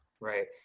Right